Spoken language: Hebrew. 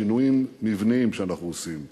שינויים מבניים שאנחנו עושים וקיצוצים,